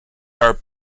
are